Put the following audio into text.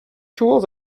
tools